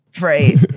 Right